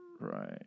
right